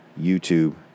YouTube